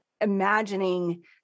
imagining